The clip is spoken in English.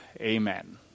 Amen